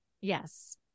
Yes